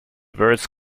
words